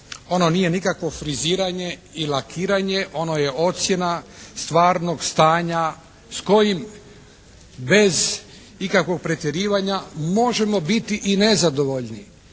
Ono nije nikakvo friziranje i lakiranje. Ono je ocjena stvarnog stanja s kojim bez ikakvog pretjerivanja možemo biti i nezadovoljni.